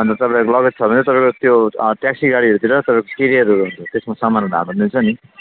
अनि त तपाईँहरूको लगेज छ भने त्यो तपाईँको ट्याक्सी गाडीभित्र तपाईँको केरियरहरू हुन्छ त्यसमा समानहरू हाल्न मिल्छ नि